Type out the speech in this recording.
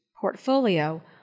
portfolio